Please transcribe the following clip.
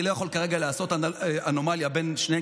אני לא יכול כרגע לעשות אנלוגיה בין שניהם,